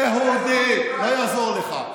יהודית, לא יעזור לך.